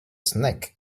snack